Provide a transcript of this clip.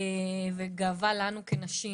וגאווה לנו כנשים.